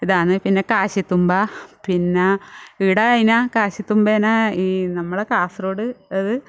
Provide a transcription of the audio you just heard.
ഇതാണ് പിന്നെ കാശിത്തുമ്പ പിന്നെ ഇവിടെ അതിനെ കാശിത്തുമ്പേനെ ഈ നമ്മള കാസർഗോഡ് അത്